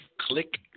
Click